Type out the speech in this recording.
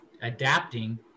adapting